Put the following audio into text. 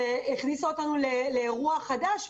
שהכניסה אותנו לאירוע חדש.